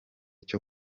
cyo